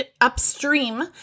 upstream